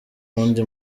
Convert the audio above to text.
wundi